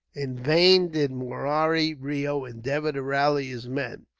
in vain did murari reo endeavour to rally his men.